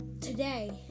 today